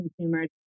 consumers